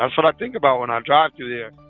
ah what i think about when i drive through there.